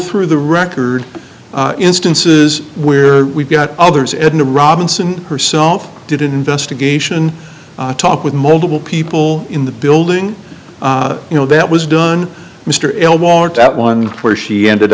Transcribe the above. through the record instances where we've got others edna robinson herself did an investigation talk with multiple people in the building you know that was done mr l want that one where she ended